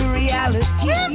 reality